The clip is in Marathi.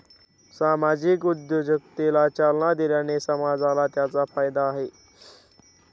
सामाजिक उद्योजकतेला चालना दिल्याने समाजाला त्याचा फायदा आहे